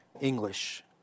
English